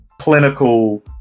clinical